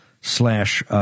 slash